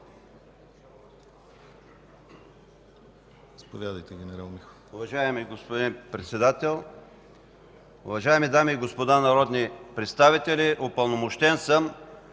Уважаеми господин Председател, уважаеми дами и господа народни представители! Упълномощен съм